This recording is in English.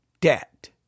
debt